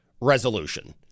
resolution